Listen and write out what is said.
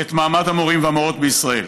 את מעמד המורים והמורות בישראל.